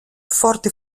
forte